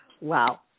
Wow